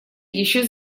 еще